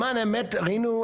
למען האמת ראינו,